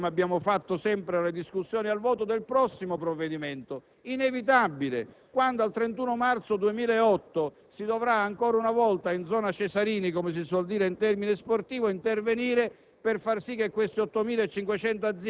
parteciperemo sicuramente, come abbiamo fatto sempre, alla discussione e al voto del prossimo provvedimento, inevitabile, quando al 31 marzo 2008 si dovrà, ancora una volta in zona Cesarini come si suol dire in termini sportivi, intervenire: